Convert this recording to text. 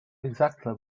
exactly